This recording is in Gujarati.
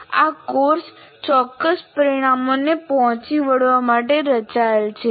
આ કોર્સ ચોક્કસ પરિણામોને પહોંચી વળવા માટે રચાયેલ છે